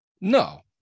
No